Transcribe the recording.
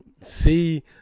see